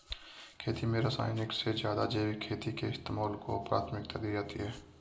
खेती में रासायनिक से ज़्यादा जैविक खेती के इस्तेमाल को प्राथमिकता दी जाती है